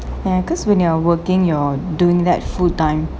ya because when you're working you're doing that full time